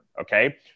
okay